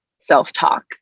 self-talk